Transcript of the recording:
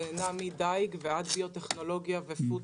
ענפי החקלאות נעים בין דיג ועד ביוטכנולוגיה ו-פוד-טק.